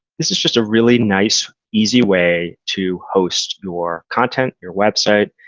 this is just a really nice, easy way to host your content, your website.